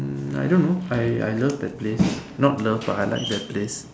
hmm I don't know I I love that place not love but I like that place